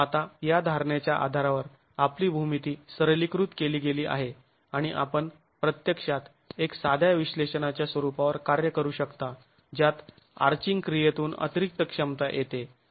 आता या धारणेच्या आधारावर आपली भूमीती सरलीकृत केली गेली आहे आणि आपण प्रत्यक्षात एक साध्या विश्लेषणाच्या स्वरूपावर कार्य करू शकता ज्यात आर्चिंग क्रियेतून अतिरिक्त क्षमता येते